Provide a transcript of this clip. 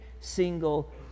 single